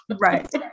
Right